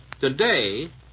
today